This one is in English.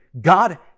God